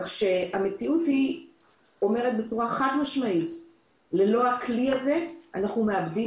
כך שהמציאות אומרת בצורה חד-משמעית שללא הכלי הזה אנחנו מאבדים